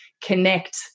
connect